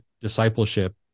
discipleship